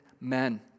men